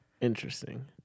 Interesting